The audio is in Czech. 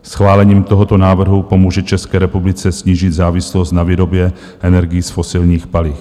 Schválením tohoto návrhu pomůže České republice snížit závislost na výrobě energií z fosilních paliv.